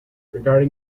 regarding